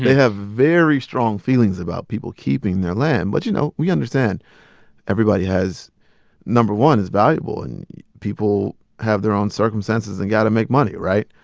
have very strong feelings about people keeping their land. but, you know, we understand everybody has no. one, is valuable and people have their own circumstances and got to make money, right?